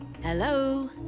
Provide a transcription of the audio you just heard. hello